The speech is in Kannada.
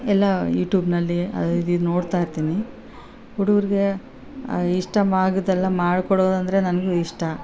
ಎಲ್ಲ ಯೂಟೂಬ್ನಲ್ಲಿ ಅದು ಇದು ನೋಡ್ತಾ ಇರ್ತೀನಿ ಹುಡುಗರಿಗೆ ಇಷ್ಟವಾಗೋದೆಲ್ಲಾ ಮಾಡ್ಕೊಡೋದಂದರೆ ನನಗೂ ಇಷ್ಟ